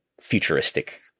futuristic